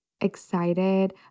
excited